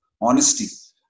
honesty